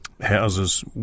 houses